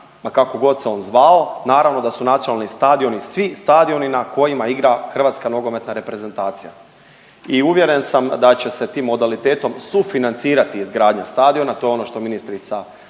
kakogod se on zvao. Naravno da su nacionalni stadioni svi stadioni na kojima igra Hrvatska nogometna reprezentacija i uvjeren sam da će sa tim modalitetom sufinancirati izgradnja stadiona, to je ono što ministrica